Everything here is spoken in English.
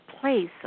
place